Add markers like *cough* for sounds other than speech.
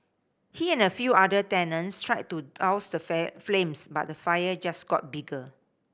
he and a few other tenants tried to douse the *unintelligible* flames but the fire just got bigger